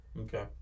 Okay